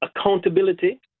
accountability